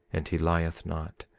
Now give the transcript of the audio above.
and he lieth not,